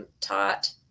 taught